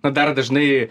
na dar dažnai